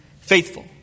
faithful